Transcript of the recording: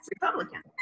Republican